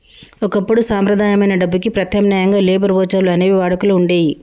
ఒకప్పుడు సంప్రదాయమైన డబ్బుకి ప్రత్యామ్నాయంగా లేబర్ వోచర్లు అనేవి వాడుకలో వుండేయ్యి